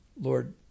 Lord